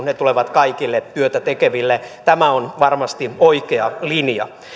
ne tulevat kaikille työtä tekeville tämä on varmasti oikea linja